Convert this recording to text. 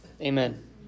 amen